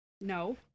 No